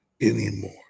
anymore